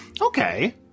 Okay